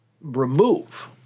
remove